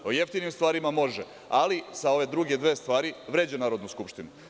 O jeftinim stvarima može, ali sa ove druge dve stvari vređa Narodnu skupštinu.